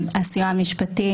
ומבחינת הסיוע המשפטי,